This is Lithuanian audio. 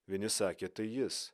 vieni sakė tai jis